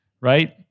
right